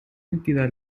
entidad